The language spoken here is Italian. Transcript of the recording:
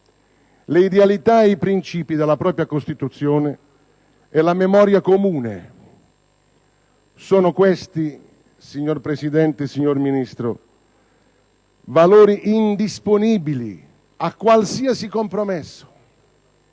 le idealità e i princìpi della propria Costituzione e la memoria comune, che sono, signor Presidente, signor Ministro, i valori indisponibili a qualsiasi compromesso.